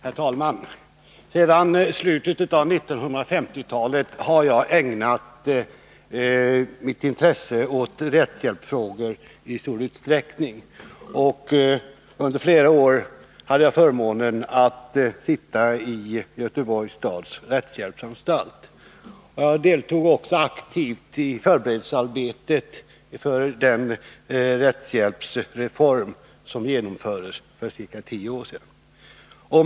Herr talman! Sedan slutet av 1950-talet har jag i stor utsträckning ägnat mitt intresse åt rättshjälpsfrågor. Under flera år hade jag förmånen att tillhöra Göteborgs stads rättshjälpsanstalt. Jag deltog också aktivt i förberedelsearbetet för den rättshjälpsreform som genomfördes för ca tio år sedan.